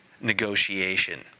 negotiation